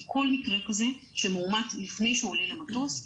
כל מקרה כזה שמאומת לפני שהוא עולה למטוס,